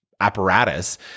apparatus